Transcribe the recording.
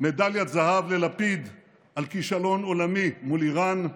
מדליית זהב ללפיד על כישלון עולמי מול איראן,